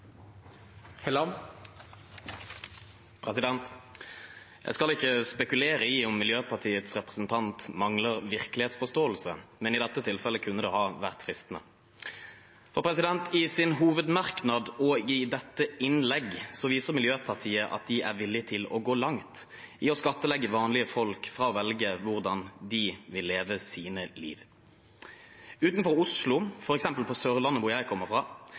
Jeg skal ikke spekulere i om Miljøpartiets representant mangler virkelighetsforståelse, men i dette tilfellet kunne det være fristende. I sin hovedmerknad og i dette innlegget viser Miljøpartiet at de er villig til å gå langt i å skattlegge vanlige folk fra å velge hvordan de vil leve sitt liv. Utenfor Oslo, f.eks. på Sørlandet hvor jeg kommer fra,